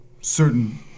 certain